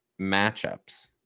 matchups